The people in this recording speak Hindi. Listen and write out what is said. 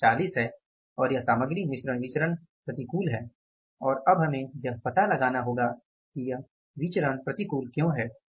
यह 40 है और यह सामग्री मिश्रण विचरण है जो प्रतिकूल है और अब हमें यह पता लगाना होगा कि यह प्रसरण प्रतिकूल क्यों है